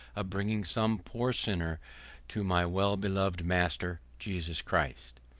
of bringing some poor sinner to my well beloved master, jesus christ.